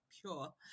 pure